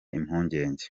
impungenge